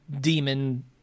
demon